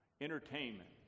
entertainment